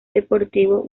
deportivo